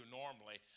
normally